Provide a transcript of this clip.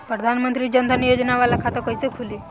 प्रधान मंत्री जन धन योजना वाला खाता कईसे खुली?